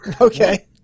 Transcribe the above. Okay